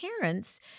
parents